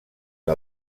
que